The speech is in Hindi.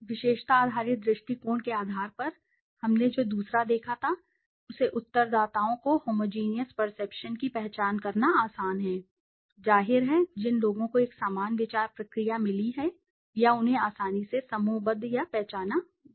विशेषता आधारित दृष्टिकोण के आधार पर हमने जो दूसरा देखा था उसने उत्तरदाताओं को होमोजीनियस परसेप्शन्स की पहचान करना आसान है जाहिर है जिन लोगों को एक समान विचार प्रक्रिया मिली है या उन्हें आसानी से समूहबद्ध या पहचाना जा सकता है